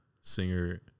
singer